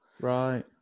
Right